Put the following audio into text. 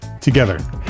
together